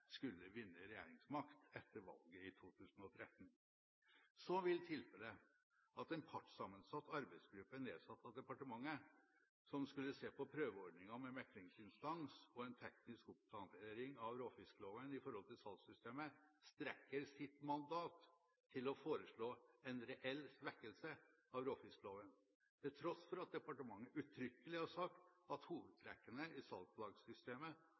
skulle vinne regjeringsmakt etter valget i 2013. Så vil tilfellet at en partssammensatt arbeidsgruppe nedsatt av departementet, som skulle se på prøveordningen med meklingsinstans og en teknisk oppdatering av råfiskloven i forhold til salgssystemet, strekker sitt mandat til å foreslå en reell svekkelse av råfiskloven, til tross for at departementet uttrykkelig har sagt at hovedtrekken i